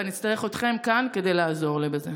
ואני אצטרך אתכם כאן כדי לעזור לי בזה.